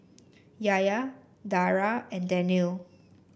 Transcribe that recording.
Yahya Dara and Daniel